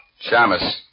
Shamus